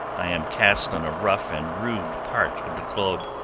i am cast on a rough and rude part of the globe,